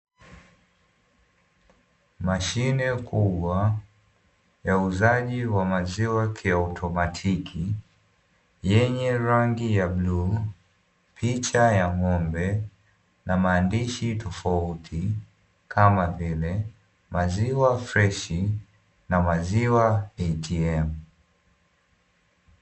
Mashine kubwa ya uuzaji wa maziwa kiautomatiki yenye rangi ya bluu, picha ya ng'ombe na maandishi tofauti kama vile maziwa freshi na maziwa atm.